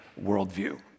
worldview